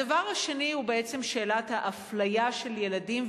הדבר השני הוא בעצם שאלת האפליה של ילדים,